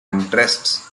interests